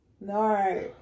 No